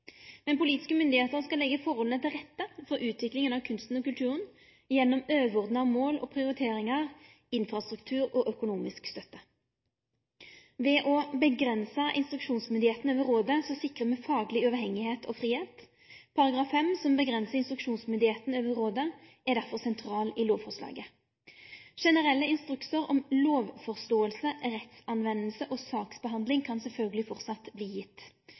men politiske myndigheiter skal leggje forholda til rette for utviklinga av kunsten og kulturen gjennom overordna mål og prioriteringar, infrastruktur og økonomisk støtte. Ved å avgrense instruksjonsmyndigheita over rådet sikrar me fagleg uavhengigheit og fridom. Paragraf 5, som avgrensar instruksjonsmyndigheita over rådet, er derfor sentral i lovforslaget. Generelle instruksar om lovforståing, rettsbruk og saksbehandling kan sjølvsagt framleis verte gitt.